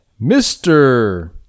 Mr